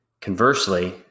Conversely